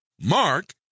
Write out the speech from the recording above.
Mark